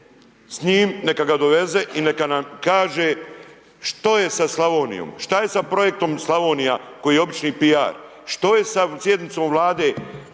S njim neka ga doveze i neka nam kaže što je sa Slavonijom, šta je sa projektom Slavonija koji je obični PR. Što je sa sjednicom Vlade